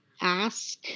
ask